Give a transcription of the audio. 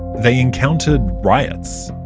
they encountered riots.